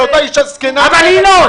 על אותה אישה זקנה ------ מיקי.